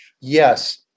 yes